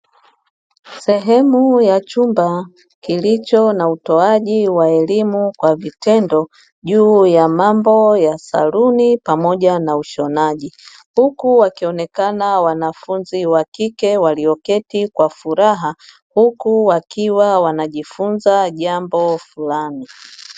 Sehemu ya chumba kilicho na utoaji wa elimu kwa vitendo juu ya mambo ya saluni pamoja na ushonaji, huku wakionekana wanafunzi wa kike walioketi kwa furaha huku wakiwa wanajifunza jambo fulani.